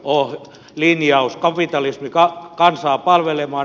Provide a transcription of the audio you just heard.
kkp linjaus kapitalismi kansaa palvelemaan